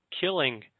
killing